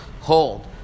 hold